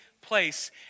place